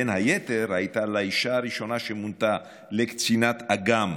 בין היתר היא הייתה לאישה הראשונה שמונתה לקצינת אג"ם